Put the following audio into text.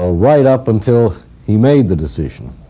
ah right up until he made the decision,